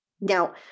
Now